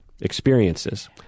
experiences